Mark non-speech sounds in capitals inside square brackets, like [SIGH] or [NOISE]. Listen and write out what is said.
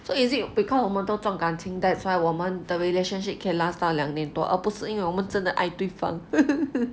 so is it because 我们都重感情 that's why 我们的 relationship can last 到两年多而不是因为我们真的爱对方 [LAUGHS]